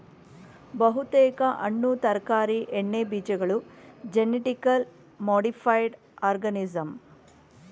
ಬಹುತೇಕ ಹಣ್ಣು ತರಕಾರಿ ಎಣ್ಣೆಬೀಜಗಳು ಜೆನಿಟಿಕಲಿ ಮಾಡಿಫೈಡ್ ಆರ್ಗನಿಸಂ